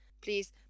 Please